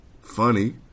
funny